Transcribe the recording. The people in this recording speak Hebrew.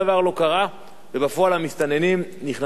ובפועל המסתננים נכנסו למדינת ישראל,